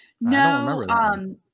No